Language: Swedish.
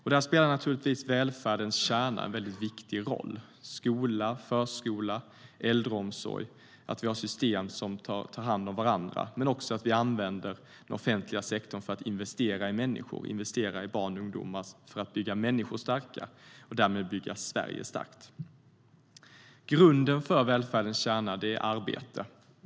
Där spelar välfärdens kärna en viktig roll med skola, förskola och äldreomsorg - att vi har ett system där vi tar hand om varandra och att vi också använder den offentliga sektorn för att investera i barn och ungdomar och för att bygga människor starka och därmed bygga Sverige starkt. Grunden för välfärdens kärna är arbete.